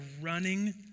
running